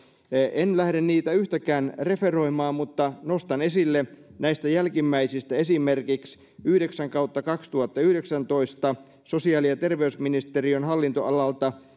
en lähde niitä yhtäkään referoimaan mutta nostan esille näistä jälkimmäisistä esimerkiksi tarkastuskertomuksen yhdeksän kautta kaksituhattayhdeksäntoista sosiaali ja terveysministeriön hallintoalalta